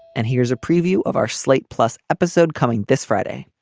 and here's a preview of our slate plus episode coming this friday.